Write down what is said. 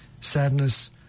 sadness